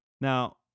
Now